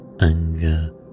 anger